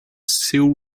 still